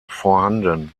vorhanden